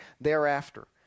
thereafter